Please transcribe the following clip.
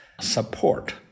support